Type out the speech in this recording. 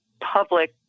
public